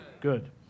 Good